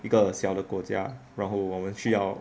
一个小的国家然后我们需要